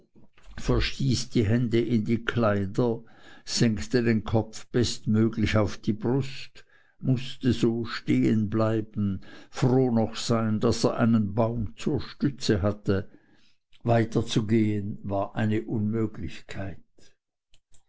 verstieß die hände in die kleider senkte den kopf bestmöglich auf die brust mußte so stehen bleiben froh noch sein daß er einen baum zur stütze hatte weiterzugehen war eine unmöglichkeit